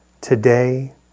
Today